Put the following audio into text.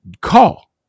call